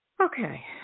Okay